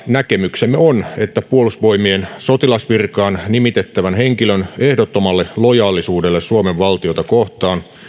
näkemyksemme on että puolustusvoimien sotilasvirkaan nimitettävän henkilön ehdottomalle lojaalisuudelle suomen valtiota kohtaan